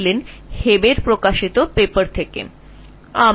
তিনি হেবের দ্বারা প্রকাশিত গবেষণা থেকে মডেলটি বের করেছিলেন